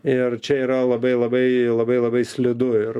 ir čia yra labai labai labai labai slidu ir